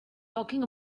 talking